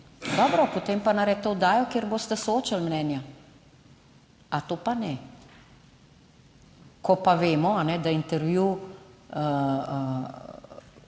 Dobro, potem pa naredite oddajo, kjer boste soočili mnenja. A to pa ne? Ko pa vemo, da Intervju,